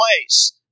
place